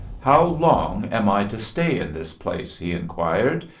how long am i to stay in this place? he inquired,